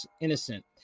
innocent